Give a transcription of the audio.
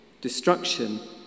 destruction